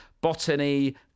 Botany